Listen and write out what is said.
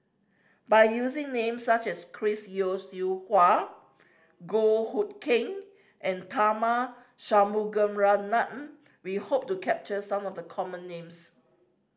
by using names such as Chris Yeo Siew Hua Goh Hood Keng and Tharman Shanmugaratnam we hope to capture some of the common names